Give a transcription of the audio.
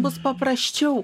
bus paprasčiau